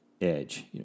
edge